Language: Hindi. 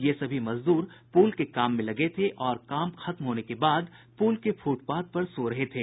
ये सभी मजदूर पुल के काम में लगे थे और काम खत्म होने के बाद पुल के फुटपाथ पर सो रहे थे